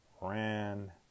ran